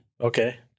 Okay